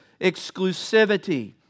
exclusivity